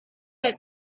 but